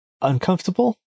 uncomfortable